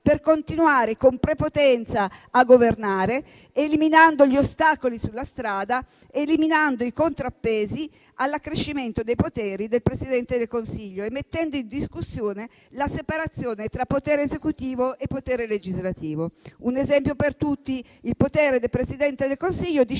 a governare con prepotenza, eliminando gli ostacoli sulla strada e i contrappesi all'accrescimento dei poteri del Presidente del Consiglio e mettendo in discussione la separazione tra potere esecutivo e potere legislativo. Un esempio per tutti è il potere del Presidente del Consiglio di